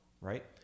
right